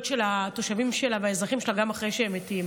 של התושבים שלה והאזרחים שלה גם אחרי שהם מתים,